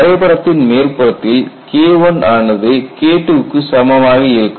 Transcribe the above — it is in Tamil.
வரைபடத்தின் மேற்புறத்தில் KI ஆனது KII க்கு சமமாக இருக்கும்